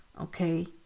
okay